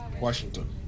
Washington